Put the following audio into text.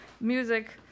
music